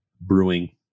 Brewing